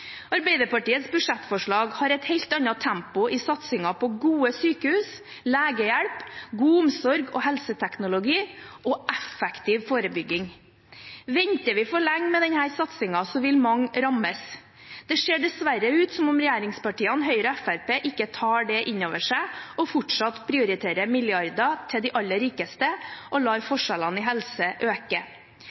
Arbeiderpartiets budsjettforslag har et helt annet tempo i satsingen på gode sykehus, legehjelp, god omsorg og helseteknologi og effektiv forebygging. Venter vi for lenge med denne satsingen, vil mange rammes. Det ser dessverre ut som om regjeringspartiene Høyre og Fremskrittspartiet ikke tar det inn over seg, og fortsatt prioriterer milliarder til de aller rikeste og lar forskjellene i helse øke.